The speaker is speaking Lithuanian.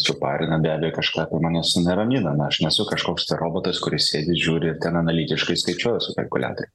suparina be abejo kažką tai mane suneramina nu aš nesu kažkoks tai robotas kuris sėdi žiūri ten analitiškai skaičiuoja su kalkuliatoriu